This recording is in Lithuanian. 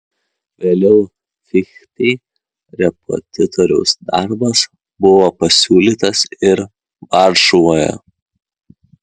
vėliau fichtei repetitoriaus darbas buvo pasiūlytas ir varšuvoje